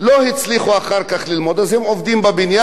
במקרה הטוב,